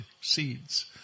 seeds